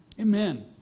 Amen